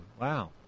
Wow